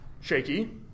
shaky